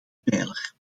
pijler